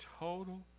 Total